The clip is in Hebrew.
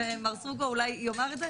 ומר סרוגו אולי יאמר את זה,